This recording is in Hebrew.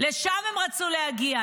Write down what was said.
לשם הם רצו להגיע.